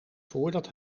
voordat